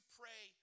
pray